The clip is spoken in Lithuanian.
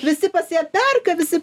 visi pas ją perka visi